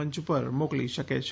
મંચ ઉપર મોકલી શકે છે